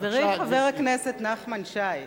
חברי חבר הכנסת נחמן שי,